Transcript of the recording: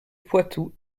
poitou